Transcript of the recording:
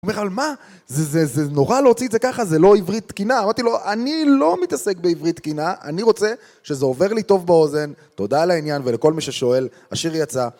הוא אומר, אבל מה? זה נורא להוציא את זה ככה, זה לא עברית תקינה. אמרתי לו, אני לא מתעסק בעברית תקינה, אני רוצה שזה עובר לי טוב באוזן. תודה על העניין ולכל מי ששואל, השיר יצא.